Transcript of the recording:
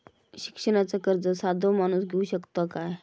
शिक्षणाचा कर्ज साधो माणूस घेऊ शकता काय?